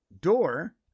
door